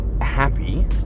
happy